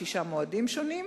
בשישה מועדים שונים.